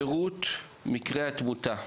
פירוט מקרי התמותה: